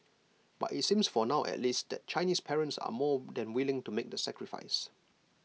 but IT seems for now at least that Chinese parents are more than willing to make the sacrifice